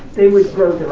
they would grow